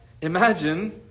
Imagine